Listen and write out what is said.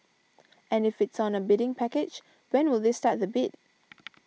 and if it's on a bidding package when will they start the bid